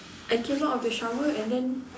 I came out of the shower and then